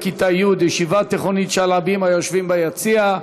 כיתה י' מישיבה תיכונית שעלבים היושבים ביציע.